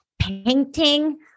painting